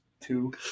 two